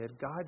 God